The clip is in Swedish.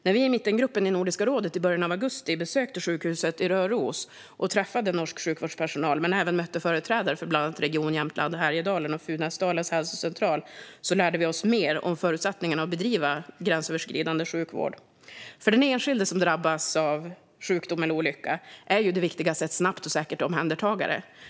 När vi i Mittengruppen i Nordiska rådet i början av augusti besökte sjukhuset i Røros och förutom norsk sjukvårdspersonal även mötte företrädare för Region Jämtland Härjedalen och Funäsdalens hälsocentral lärde vi oss mer om förutsättningarna för att bedriva gränsöverskridande sjukvård. För den enskilde som drabbas av sjukdom eller olycka är det viktigaste ett snabbt och säkert omhändertagande.